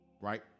Right